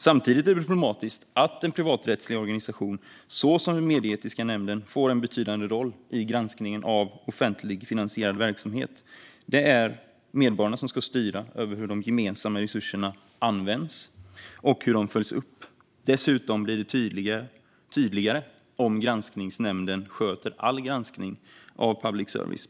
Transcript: Samtidigt är det problematiskt att en privaträttslig organisation, såsom den medieetiska nämnden, får en betydande roll i granskningen av offentligfinansierad verksamhet. Det är medborgarna som ska styra över hur de gemensamma resurserna används och hur de följs upp. Dessutom blir det tydligare om granskningsnämnden sköter all granskning av public service.